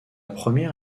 première